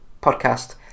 podcast